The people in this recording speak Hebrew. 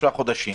שלושה חודשים.